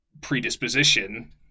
predisposition